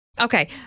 Okay